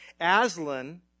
Aslan